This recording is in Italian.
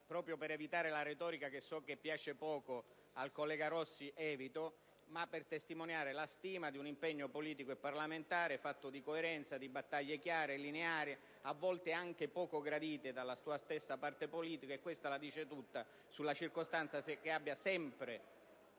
Proprio per evitare la retorica, che so che piace poco al collega Rossi, intervengo solo per testimoniare la stima di un impegno politico e parlamentare fatto di coerenza, di battaglie chiare e lineari, a volte anche poco gradite dalla sua stessa parte politica. Questo la dice tutta sul fatto che ha sempre